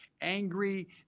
angry